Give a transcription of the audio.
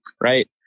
right